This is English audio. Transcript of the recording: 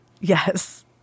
yes